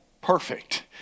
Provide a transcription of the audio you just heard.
perfect